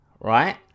right